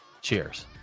Cheers